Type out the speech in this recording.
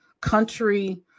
country